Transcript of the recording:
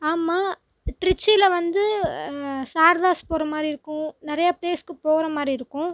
ஆமாம் ட்ரிச்சியில் வந்து சாரதாஸ் போகிற மாதிரி இருக்கும் நிறையா பிளேஸ்க்கு போகிற மாதிரி இருக்கும்